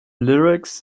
lyrics